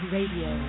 Radio